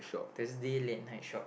Thursday late night shop